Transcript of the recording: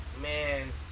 Man